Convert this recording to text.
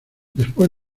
después